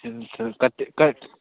से तऽ कतेक कत